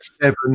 Seven